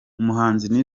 umuhanzi